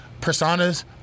personas